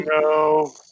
no